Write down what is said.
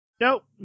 Nope